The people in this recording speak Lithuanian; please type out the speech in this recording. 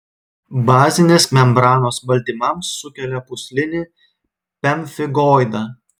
bazinės membranos baltymams sukelia pūslinį pemfigoidą